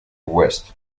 west